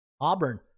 Auburn